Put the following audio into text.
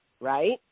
right